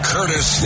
Curtis